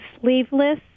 sleeveless